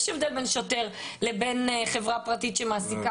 יש הבדל בין שוטר לבין חברה פרטית שמעסיקה